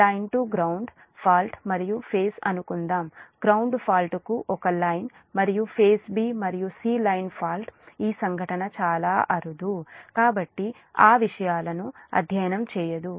line to ground fault మరొక phase అనుకుందాం ground fault కు ఒక లైన్ మరియు ఫేజ్ B మరియు C లైన్ ఫాల్ట్ ఈ సంఘటన చాలా అరుదు కాబట్టి ఆ విషయాలను అధ్యయనం చేయదు